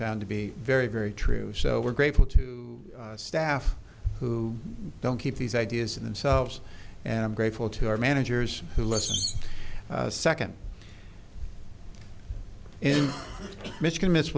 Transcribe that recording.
found to be very very true so we're grateful to the staff who don't keep these ideas in themselves and i'm grateful to our managers who listen second in michigan m